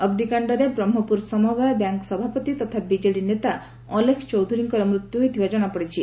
ଅଗ୍ନିକାଷରେ ବ୍ରହ୍କପୁର ସମବାୟ ବ୍ୟାଙ୍କ ସଭାପତି ତଥା ବିଜେଡି ନେତା ଅଲେଖ ଚୌଧୁରୀଙ୍କର ମୃତ୍ଧୁ ହୋଇଥିବା ଜଣାପଡିଛି